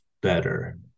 better